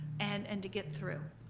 and and to get through.